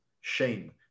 shame